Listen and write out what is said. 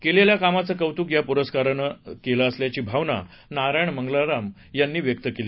केलेल्या कामाचं कौतुक या पुरस्कारानं केले असल्याची भावना नारायण मंगलाराम यांनी व्यक्त केली